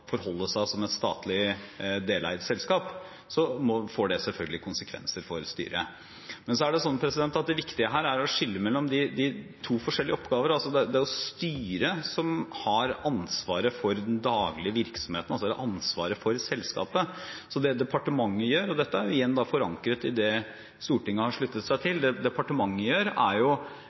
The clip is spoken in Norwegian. forholde seg, får det selvfølgelig konsekvenser for styret. Men det viktige her er å skille mellom to forskjellige oppgaver. Det er styret som har ansvaret for den daglige virksomheten, ansvaret for selskapet. Så det departementet gjør – og dette er igjen forankret i det Stortinget har sluttet seg til – er for det første gjennom eieroppfølgingen å stille spørsmål underveis, undersøke, høre hvordan bedriften håndterer ting, men også vurdere hvordan styrene håndterer sitt ansvar som styrer. Og så er